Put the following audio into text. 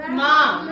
mom